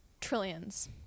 Trillions